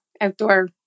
outdoor